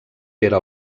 pere